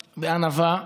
בענווה,